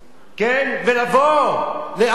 ולבוא לעזה